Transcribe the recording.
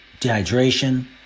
dehydration